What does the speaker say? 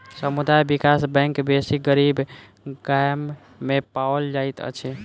समुदाय विकास बैंक बेसी गरीब गाम में पाओल जाइत अछि